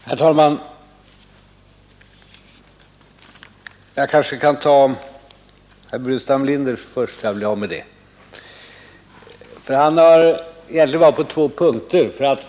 Herr talman! Jag kanske kan ta herr Burenstam Linders anförande först så att jag blir av med det. Närmast är det på två punkter som jag 7 skulle vilja bemöta honom.